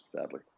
sadly